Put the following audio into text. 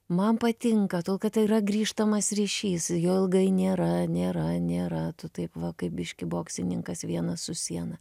man patinka tol kad tai yra grįžtamas ryšys jo ilgai nėra nėra nėra tu taip va kaip biškį boksininkas vienas su siena